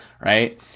right